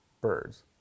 birds